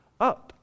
up